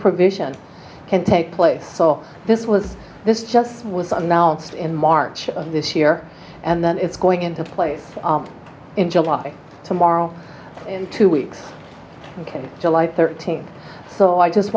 provision can take place so this was this just was announced in march of this year and then it's going into place in july tomorrow two weeks ok july thirteenth so i just